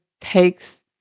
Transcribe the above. takes